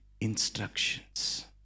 instructions